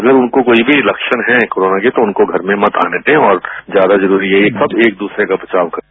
अगर उनको कोई भी लक्षण हैं कोरोना के तो उनको घर में मत आने दें और ज्यादा जरूरी यही है कि सब एक दूसरे का बचाव करें